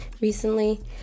recently